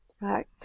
right